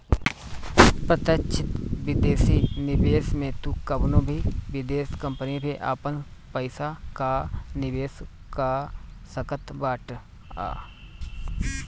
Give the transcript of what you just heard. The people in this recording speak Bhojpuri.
प्रत्यक्ष विदेशी निवेश में तू कवनो भी विदेश कंपनी में आपन पईसा कअ निवेश कअ सकत बाटअ